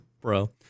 bro